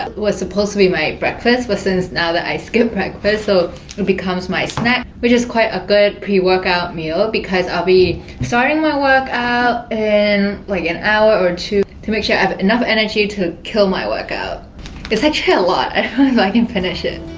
was supposed to be my breakfast but since now that i skip breakfast so and becomes my snack which is quite a good pre-workout meal because i'll be starting my workout in like an hour or two to make sure i have enough energy to kill my workout. it's actually a lot and i don't know if i can finish it